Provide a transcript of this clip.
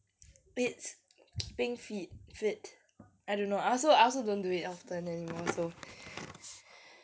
but it's keeping fit fit I don't know I also I also don't do it often anymore so ya